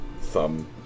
thumb